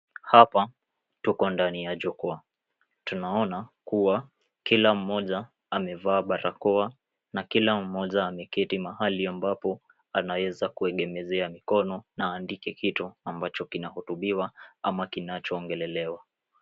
Hapa tuko ndani ya jukwaa. Tunaona kuwa kila mmoja amevaa barakoa na kila mmoja ameketi mahali ambapo anaweza kuegemezea mikono na aandike kitu ambacho kinahutubiwa ama kinachoongelelewa.